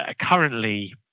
currently